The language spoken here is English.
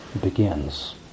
begins